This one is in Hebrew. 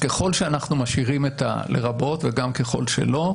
ככל שאנחנו משאירים את ה"לרבות" וגם ככל שלא,